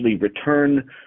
return